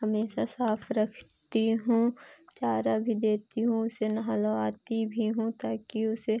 हमेशा साफ रखती हूँ चारा भी देती हूँ उसे नहलवाती भी हूँ ताकि उसे